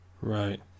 Right